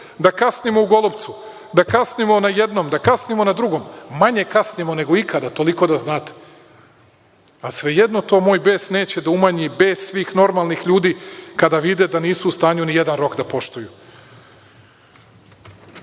da kasnimo u Golupcu, da kasnimo na jednom, da kasnimo na drugom. Manje kasnimo nego ikada, toliko da znate, a svejedno to moj bes neće da umanji, bes svih normalnih ljudi kada vide da nisu u stanju ni jedan rok da poštuju. Mogu